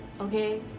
okay